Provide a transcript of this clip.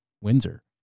Windsor